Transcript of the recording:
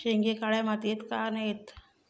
शेंगे काळ्या मातीयेत का येत नाय?